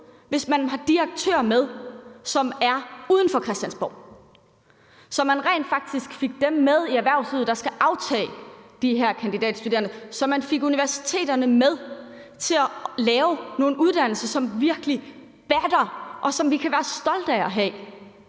hvis man har de aktører, som er uden for Christiansborg, med; så vi rent fantastisk fik dem i erhvervslivet, der skal aftage de her kandidatstuderende, med, så vi fik universiteterne med til at lave nogle uddannelser, som virkelig batter, og som vi kan være stolte af at have,